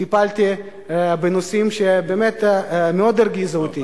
בנושאים שבאמת מאוד הרגיזו אותי,